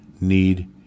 need